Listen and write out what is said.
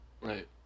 Right